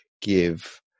give